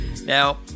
Now